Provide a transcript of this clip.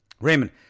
Raymond